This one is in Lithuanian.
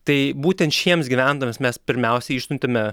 tai būtent šiems gyventojams mes pirmiausiai išsiuntėme